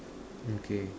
okay